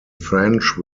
french